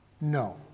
No